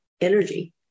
energy